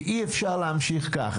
כי אי אפשר להמשיך ככה.